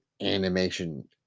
animation